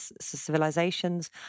civilizations